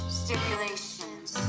stipulations